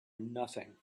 nothing